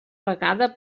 vegada